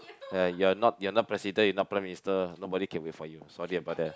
you are not you are not President you are not Prime-Minister nobody can wait for you sorry about that